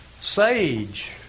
sage